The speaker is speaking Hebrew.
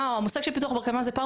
המושג של פיתוח בר קיימא הוא הפעם